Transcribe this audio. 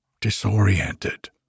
disoriented